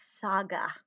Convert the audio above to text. Saga